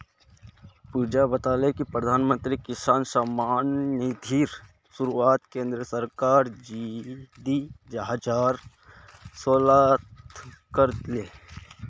पुजा बताले कि प्रधानमंत्री किसान सम्मान निधिर शुरुआत केंद्र सरकार दी हजार सोलत कर ले